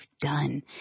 done